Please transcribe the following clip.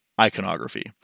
iconography